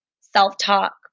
self-talk